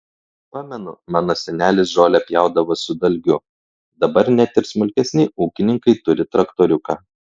pamenu mano senelis žolę pjaudavo su dalgiu dabar net ir smulkesni ūkininkai turi traktoriuką